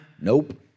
Nope